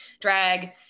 drag